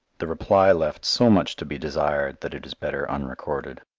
the reply left so much to be desired that it is better unrecorded.